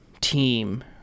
team